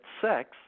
sex